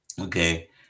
okay